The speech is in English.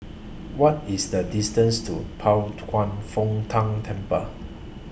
What IS The distance to Pao Kwan Foh Tang Temple